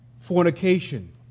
fornication